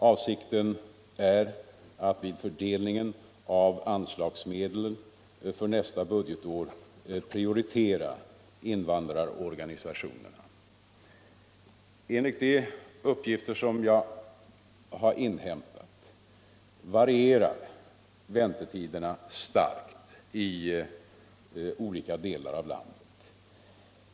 Avsikten är att vid fördelningen av anslagsmedel för nästa budgetår prioritera invandrarorganisationer. Enligt de uppgifter som jag har inhämtat varierar väntetiderna starkt i olika delar av landet.